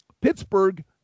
Pittsburgh